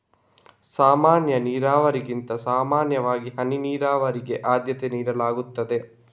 ಸಾಮಾನ್ಯ ನೀರಾವರಿಗಿಂತ ಸಾಮಾನ್ಯವಾಗಿ ಹನಿ ನೀರಾವರಿಗೆ ಆದ್ಯತೆ ನೀಡಲಾಗ್ತದೆ